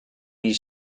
niet